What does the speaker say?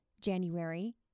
January